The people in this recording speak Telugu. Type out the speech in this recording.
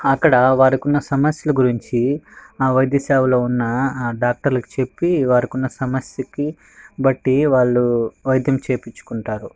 అక్కడ వారికి ఉన్న సమస్యల గురించి ఆ వైద్య సేవలో ఉన్న ఆ డాక్టర్లకు చెప్పి వారికి ఉన్న సమస్యకి బట్టి వాళ్ళు వైద్యం చేయించుకుంటారు